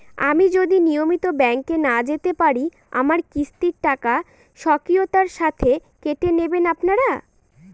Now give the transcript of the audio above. আমি যদি নিয়মিত ব্যংকে না যেতে পারি আমার কিস্তির টাকা স্বকীয়তার সাথে কেটে নেবেন আপনারা?